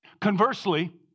Conversely